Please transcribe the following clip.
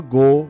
go